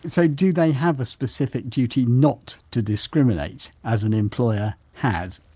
and so do they have a specific duty not to discriminate as an employer has?